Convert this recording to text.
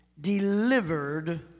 Delivered